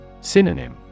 Synonym